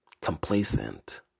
Complacent